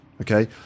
Okay